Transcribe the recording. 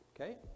Okay